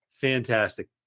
Fantastic